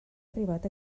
arribat